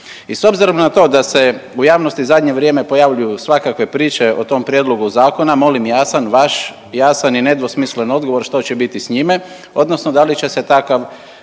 I s obzirom da se u javnosti u zadnje vrijeme pojavljuju svakakve priče o tom prijedlogu zakona molim jasan vaš jasan i nedvosmislen odgovor što će biti s njime, odnosno da li će se takav